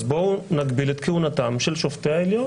אז בואו נגביל את כהונתם של שופטי העליון